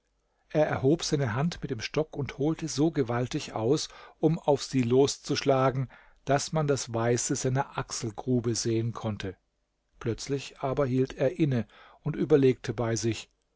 er erhob seine hand mit dem stock und holte so gewaltig aus um auf sie loszuschlagen daß man das weiße seiner achselgrube sehen konnte plötzlich aber hielt er inne und überlegte bei sich